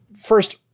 first